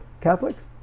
Catholics